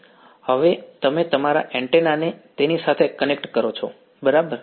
હવે હવે તમે તમારા એન્ટેના ને તેની સાથે કનેક્ટ કરો છો બરાબર